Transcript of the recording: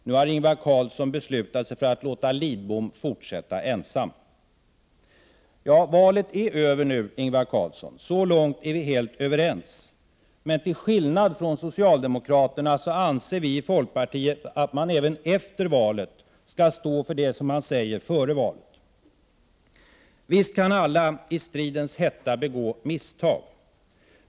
Nu har Ingvar Carlsson beslutat sig för att låta Lidbom fortsätta ensam. Ja, valet är över nu, Ingvar Carlsson — så långt är vi helt överens. Men till skillnad från socialdemokraterna anser vi i folkpartiet att man även efter valet skall stå för det man säger före valet. Visst kan alla i stridens hetta begå misstag.